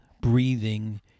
breathing